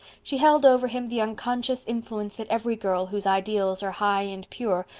she held over him the unconscious influence that every girl, whose ideals are high and pure,